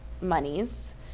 monies